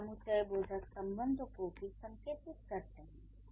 ये समुच्चयबोधक संबंधों को भी संकेतित करते हैं